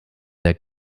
der